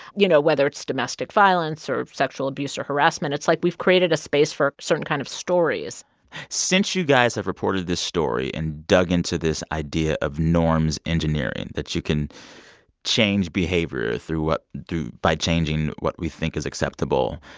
you know, whether it's domestic violence or sexual abuse or harassment. it's like we've created a space for a certain kind of stories since you guys have reported this story and dug into this idea of norms engineering, that you can change behavior through what by changing what we think is acceptable,